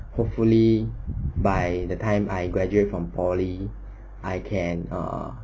hopefully by the time I graduate from poly I can err